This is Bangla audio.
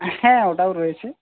হ্যাঁ ওটাও রয়েছে